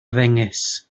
ddengys